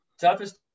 Toughest –